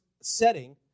setting